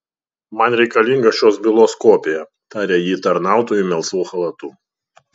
man reikalinga šios bylos kopija tarė ji tarnautojui melsvu chalatu